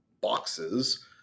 boxes